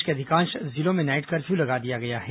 प्रदेश के अधिकांश जिलों में नाईट कर्फ्यू लगा दिया गया है